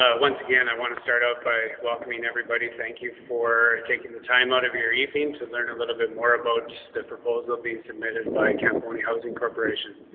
ah once again i want to start out by welcoming everybody. thank you for taking the time out of your evening to learn a little bit more about the proposal being submitted by camponi housing corporation.